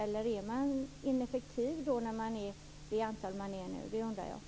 Jag undrar om man är ineffektiv med antal anställda som man nu har.